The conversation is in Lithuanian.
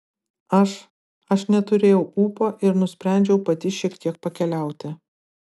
aš aš neturėjau ūpo ir nusprendžiau pati šiek tiek pakeliauti